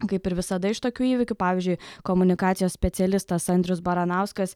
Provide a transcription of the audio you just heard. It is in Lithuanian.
kaip ir visada iš tokių įvykių pavyzdžiui komunikacijos specialistas andrius baranauskas